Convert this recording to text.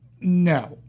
no